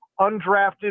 undrafted